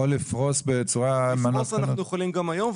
או לפרוס בצורה --- לפרוס אנחנו יכולים גם היום,